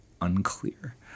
unclear